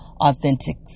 authentic